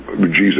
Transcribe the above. jesus